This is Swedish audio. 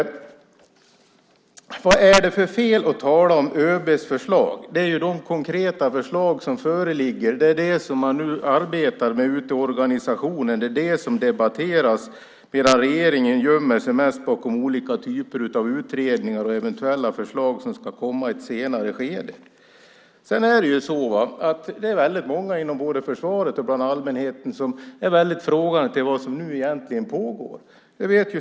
Vad är det för fel att tala om ÖB:s förslag? Det är ju det konkreta förslag som föreligger. Det är det som man nu arbetar med ute i organisationen och som debatteras, medan regeringen mest gömmer sig bakom olika typer av utredningar och eventuella förslag som ska komma i ett senare skede. Det är väldigt många både inom försvaret och bland allmänheten som är väldigt frågande till vad som nu egentligen pågår.